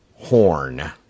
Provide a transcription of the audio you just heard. horn